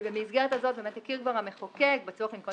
ובמסגרת הזאת כבר הכיר המחוקק בצורך לנקוט